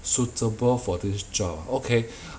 suitable for this job okay